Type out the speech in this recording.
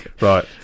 Right